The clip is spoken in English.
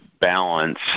balance